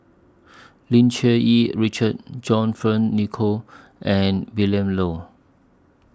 Lim Cherng Yih Richard John Fearns Nicoll and Willin Low